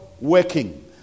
working